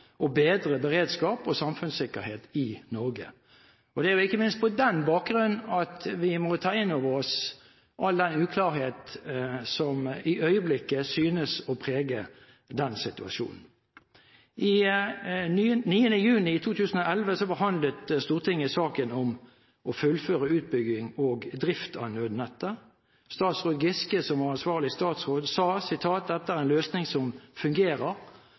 å bedre beredskap og samfunnssikkerhet i Norge. Det er ikke minst på den bakgrunnen vi må ta inn over oss all den uklarhet som i øyeblikket synes å prege situasjonen. Den 9. juni 2011 behandlet Stortinget saken om å fullføre utbygging og drift av nødnettet. Statsråd Giske, som var ansvarlig statsråd, sa: «[…] dette er en løsning som fungerer.»